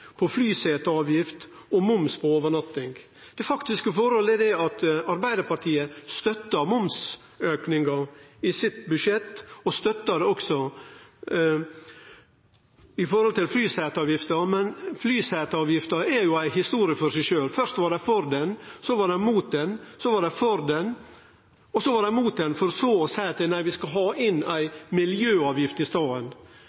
flyseteavgift og moms på overnatting. Det faktiske forholdet er at Arbeidarpartiet støtta momsauken i budsjettet sitt og også støttar flyseteavgifta. Flyseteavgifta er ei historie for seg sjølv. Først var dei for henne, så var dei imot henne, så var dei for henne, og så var dei imot henne, for så å seie at nei, vi skal ha